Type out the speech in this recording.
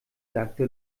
sagte